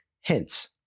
Hence